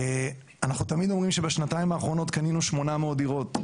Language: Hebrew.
אנחנו תמיד אומרים שבשנתיים האחרונות קנינו 800 דירות.